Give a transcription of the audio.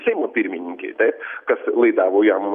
seimo pirmininkei taip kas laidavo jam